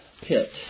pit